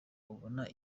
ubona